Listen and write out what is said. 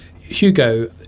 Hugo